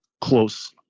close